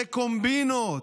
לקומבינות.